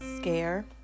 scare